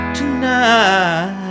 tonight